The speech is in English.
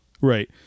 Right